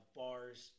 bars